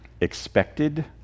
expected